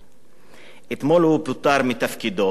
אתמול הוא פוטר מתפקידו, אתה מברך על כך?